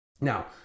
Now